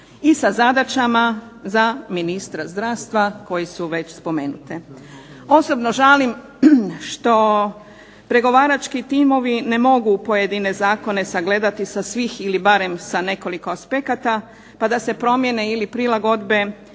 i sa zadaćama za ministarstva zdravstva koje su već spomenute. Osobno žalim što pregovarački timovi ne mogu pojedine zakone sagledati sa svih ili barem sa nekoliko aspekata, pa da se promijene ili prilagodbe